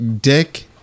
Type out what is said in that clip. dick